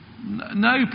No